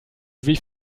wie